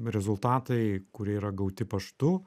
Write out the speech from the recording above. rezultatai kurie yra gauti paštu